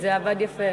אתה טועה, זה עבד יפה.